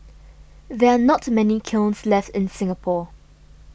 there are not many kilns left in Singapore